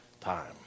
time